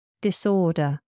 Disorder